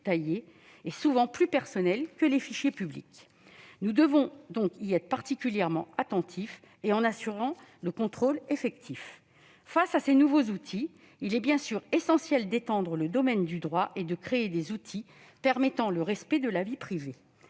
et souvent plus personnelles, que les fichiers publics. Nous devons donc y être particulièrement attentifs et en assurer le contrôle effectif. Face à ces nouveaux outils, il est bien sûr essentiel d'étendre le domaine du droit et de créer des outils permettant le respect de la vie privée.